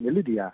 ಎಲ್ಲಿದ್ದೀಯಾ